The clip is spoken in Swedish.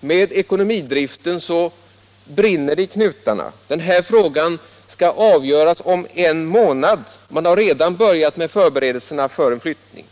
med ekonomidriften. Denna fråga skall avgöras om en månad, och man har redan börjat med förberedelserna för en flyttning.